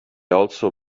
also